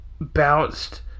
bounced